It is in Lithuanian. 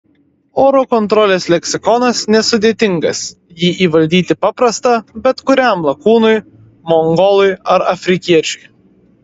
oro kontrolės leksikonas nesudėtingas jį įvaldyti paprasta bet kuriam lakūnui mongolui ar afrikiečiui